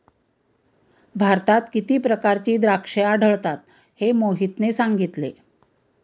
भारतात किती प्रकारची द्राक्षे आढळतात हे मोहितने सांगितले